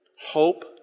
Hope